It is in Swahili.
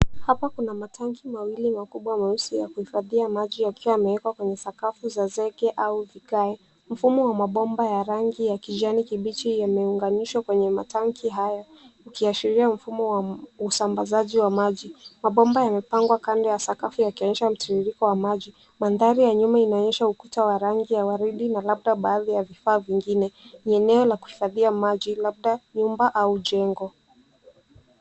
Hapa kuna matanki mawili makubwa meusi ya kuhifadhia maji yakiwa yamewekwa kwenye sakafu za zege au vigae. Mfumo wa mabomba ya rangi ya kijani kibichi yameunganishwa kwenye matanki hayo yaikiashiria mfumo wa usambazaji wa maji. Mabomba yamepangwa kando ya sakafu yakionyesha mtiririko wa maji. Mandhari ya nyuma yanaonyesha ukuta wa rangi ya waridi na labda baadhi ya vifaa vingine. Ni eneo la kuhifadhia maji labda nyumba au jengo.